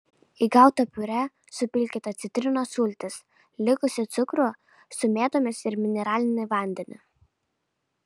į gautą piurė supilkite citrinos sultis likusį cukrų su mėtomis ir mineralinį vandenį